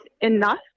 enough